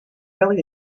really